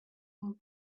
old